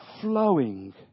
flowing